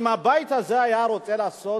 שאם הבית הזה היה רוצה לעשות